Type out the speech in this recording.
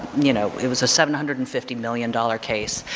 you know it was a seven hundred and fifty million dollar case.